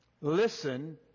listen